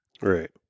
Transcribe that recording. Right